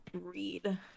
read